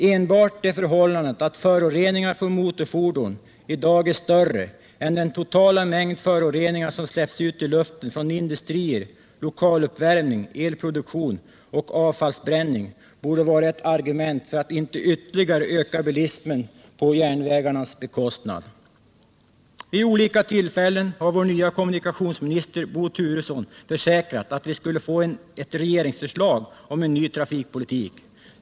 Enbart det förhållandet, att föroreningarna från motorfordon i dag är större än den totala mängd föroreningar som släpps ut i luften från industrier och genom lokaluppvärmning, elproduktion och avfallsbränning, borde vara ett argument för att inte ytterligare öka bilismen på järnvägens bekostnad. Vid olika tillfällen har vår nye kommunikationsminister, Bo Turesson, försäkrat att vi skulle få ett regeringsförslag om en ny trafikpolitik.